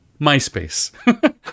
MySpace